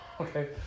Okay